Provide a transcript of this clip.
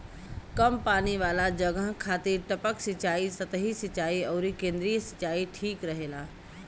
कम पानी वाला जगह खातिर टपक सिंचाई, सतही सिंचाई अउरी केंद्रीय सिंचाई ठीक रहेला